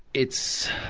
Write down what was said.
it's,